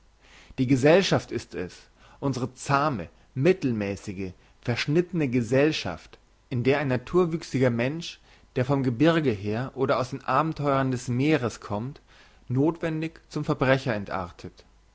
die gesellschaft ist es unsre zahme mittelmässige verschnittene gesellschaft in der ein naturwüchsiger mensch der vom gebirge her oder aus den abenteuern des meeres kommt nothwendig zum verbrecher entartet